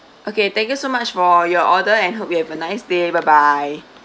okay thank you so much for your order and hope you have a nice day bye bye